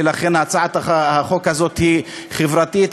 ולכן הצעת החוק הזאת היא חברתית,